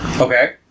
Okay